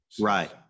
right